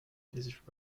his